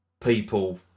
people